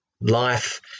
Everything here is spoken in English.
life